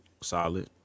Solid